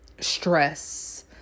Stress